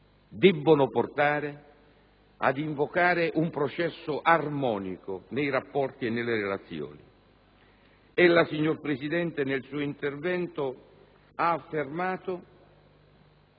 debbono far invocare un processo armonico nei rapporti e nelle relazioni. Ella, signor Presidente, nel suo intervento ha affermato